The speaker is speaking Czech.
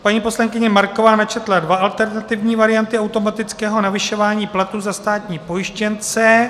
Paní poslankyně Marková načetla dvě alternativní varianty automatického navyšování plateb za státní pojištěnce.